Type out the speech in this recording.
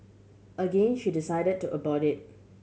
again she decided to abort it